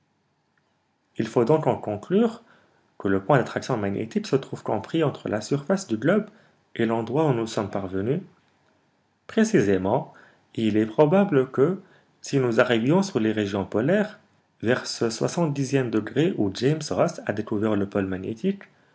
il faut donc en conclure que le point d'attraction magnétique se trouve compris entre la surface du globe et l'endroit où nous sommes parvenus précisément et il est probable que si nous arrivions sous les régions polaires vers ce soixante dixième degré où james ross a découvert le pôle magnétique